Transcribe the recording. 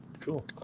cool